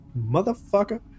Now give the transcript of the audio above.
motherfucker